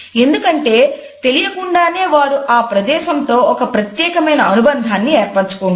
ఎందుకంటే తెలియకుండానే వారు ఆ ప్రదేశంతో ఒక ప్రత్యేకమైన అనుబంధాన్ని ఏర్పరుచుకున్నారు